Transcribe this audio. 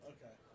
Okay